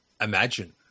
imagine